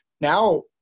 Now